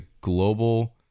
global